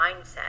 mindset